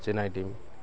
Chennai team